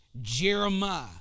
Jeremiah